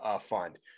fund